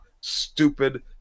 stupid